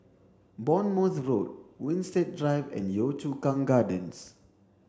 Bournemouth Road Winstedt Drive and Yio Chu Kang Gardens